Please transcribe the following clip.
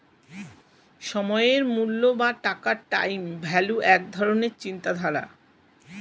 সময়ের মূল্য বা টাকার টাইম ভ্যালু এক ধরণের চিন্তাধারা